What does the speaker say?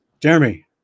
Jeremy